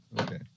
Okay